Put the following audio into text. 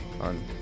on